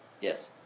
Yes